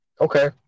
Okay